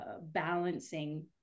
balancing